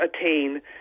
attain